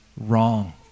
wrong